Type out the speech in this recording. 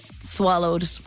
swallowed